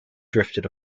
drifted